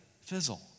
fizzle